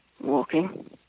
Walking